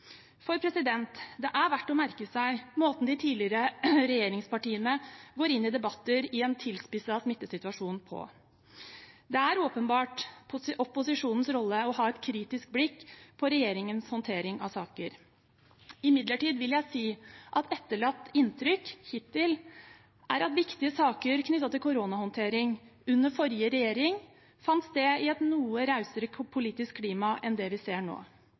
Det er verdt å merke seg måten de tidligere regjeringspartiene går inn i debatter i en tilspisset smittesituasjon på. Det er åpenbart opposisjonens rolle å ha et kritisk blikk på regjeringens håndtering av saker. Imidlertid vil jeg si at det etterlatte inntrykket hittil er at viktige saker knyttet til koronahåndtering under forrige regjering fant sted i et noe rausere politisk klima enn det vi ser nå.